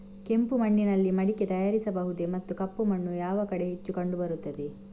ಕೆಂಪು ಮಣ್ಣಿನಲ್ಲಿ ಮಡಿಕೆ ತಯಾರಿಸಬಹುದೇ ಮತ್ತು ಕಪ್ಪು ಮಣ್ಣು ಯಾವ ಕಡೆ ಹೆಚ್ಚು ಕಂಡುಬರುತ್ತದೆ?